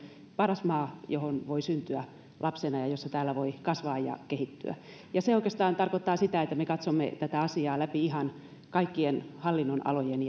paras maa johon voi syntyä lapsena ja jossa voi kasvaa ja kehittyä se oikeastaan tarkoittaa sitä että me katsomme tätä asiaa läpi ihan kaikkien hallinnonalojen